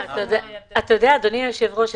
אדוני היושב-ראש,